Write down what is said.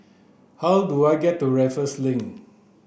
how do I get to Raffles Link